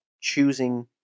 choosing